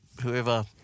whoever